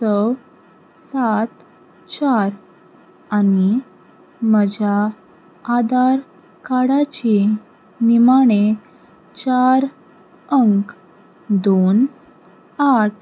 स सात चार आनी म्हज्या आधार कार्डाचे निमाणे चार अंक दोन आठ